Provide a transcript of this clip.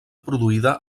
produïda